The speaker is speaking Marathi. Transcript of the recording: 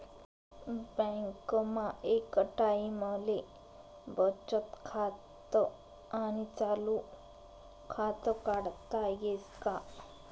बँकमा एक टाईमले बचत खातं आणि चालू खातं काढता येस का?